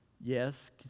yes